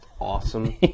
Awesome